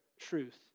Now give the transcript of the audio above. truth